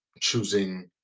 choosing